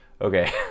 Okay